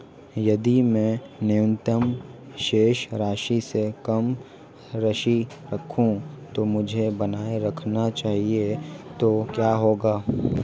यदि मैं न्यूनतम शेष राशि से कम राशि रखूं जो मुझे बनाए रखना चाहिए तो क्या होगा?